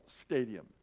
stadium